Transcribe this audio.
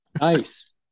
Nice